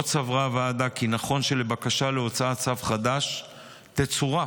עוד סברה הוועדה כי נכון שלבקשה להוצאת צו חדש תצורף